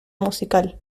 musical